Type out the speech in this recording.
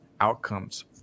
outcomes